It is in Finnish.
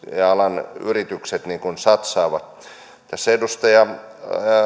alan yritykset satsaavat tässä edustaja